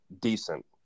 Decent